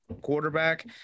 quarterback